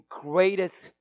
greatest